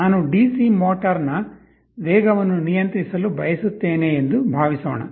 ನಾನು DC motor ನ ವೇಗವನ್ನು ನಿಯಂತ್ರಿಸಲು ಬಯಸುತ್ತೇನೆ ಎಂದು ಭಾವಿಸೋಣ